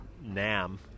Nam